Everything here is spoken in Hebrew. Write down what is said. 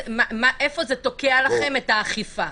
איפה זה תוקע לכם את האכיפה?